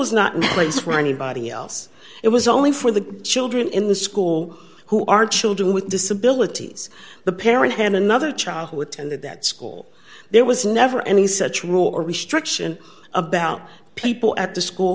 place for anybody else it was only for the children in the school who are children with disabilities the parent had another child who attended that school there was never any such rule or restriction about people at the school